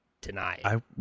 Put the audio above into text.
tonight